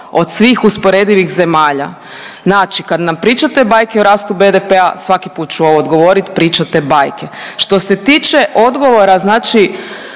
od svih usporedivih zemalja. Znači kad nam pričate bajke o rastu BDP-a svaki put ću ovo odgovoriti pričate bajke. Što se tiče odgovora, znači